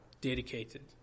dedicated